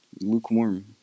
lukewarm